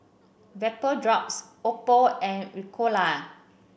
Vapodrops Oppo and Ricola